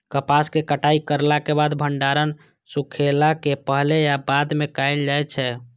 कपास के कटाई करला के बाद भंडारण सुखेला के पहले या बाद में कायल जाय छै?